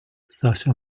sascha